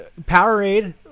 Powerade